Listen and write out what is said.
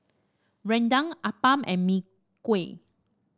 rendang appam and Mee Kuah